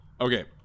Okay